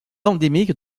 endémique